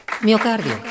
Miocardio